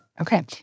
Okay